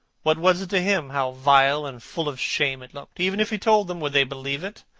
what was it to him how vile and full of shame it looked? even if he told them, would they believe it?